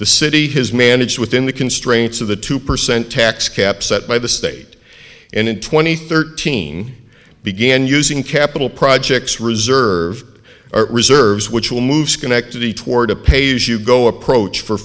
the city has managed within the constraints of the two percent tax cap set by the state and twenty thirteen began using capital projects reserve reserves which will move schenectady toward a page as you go approach for